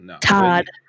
Todd